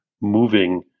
moving